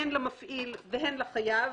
הן למפעיל והן לחייב,